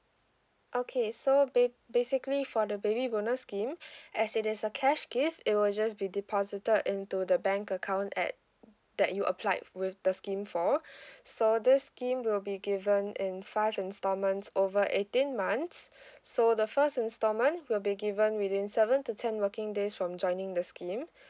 okay so bab~ basically for the baby bonus scheme as it is a cash gift it will just be deposited in to the bank account at that you applied with the scheme for so this scheme will be given in five installments over eighteen months so the first installment will be given within seven to ten working days from joining the scheme